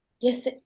Yes